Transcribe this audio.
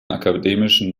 akademischen